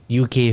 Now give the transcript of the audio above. UK